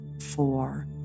four